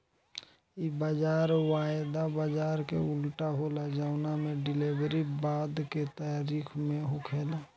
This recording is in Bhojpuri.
इ बाजार वायदा बाजार के उल्टा होला जवना में डिलेवरी बाद के तारीख में होखेला